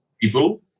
people